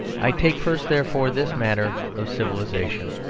i take first, therefore, this matter of civilisation.